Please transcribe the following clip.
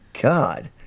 god